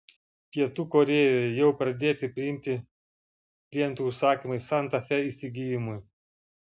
pietų korėjoje jau pradėti priimti klientų užsakymai santa fe įsigijimui